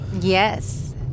yes